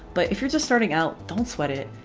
but if you're just starting out don't sweat it.